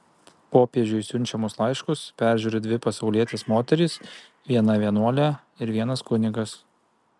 popiežiui siunčiamus laiškus peržiūri dvi pasaulietės moterys viena vienuolė ir vienas kunigas